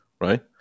right